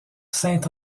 saint